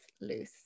loose